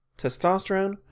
testosterone